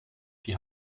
die